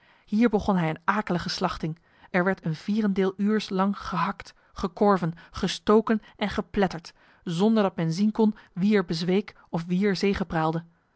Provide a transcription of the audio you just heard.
hier begon hij een akelige slachting er werd een vierendeel uurs lang gehakt gekorven gestoken en gepletterd zonder dat men zien kon wie er bezweek of wie er